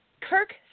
Kirk